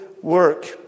work